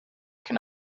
can